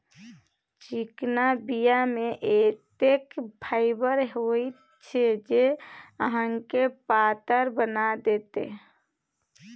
चिकना बीया मे एतेक फाइबर होइत छै जे अहाँके पातर बना देत